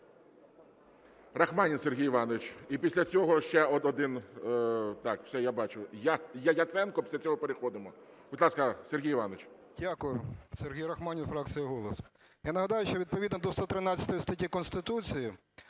Рахманін Сергій Іванович. І після цього ще один… Так, все, я бачу. Яценко. Після цього переходимо. Будь ласка, Сергій Іванович. 12:57:43 РАХМАНІН С.І. Дякую. Сергій Рахманін, фракція "Голос". Я нагадаю, що відповідно до 113 статті Конституції